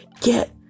get